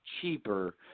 cheaper